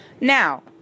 Now